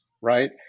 right